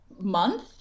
month